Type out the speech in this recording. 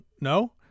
no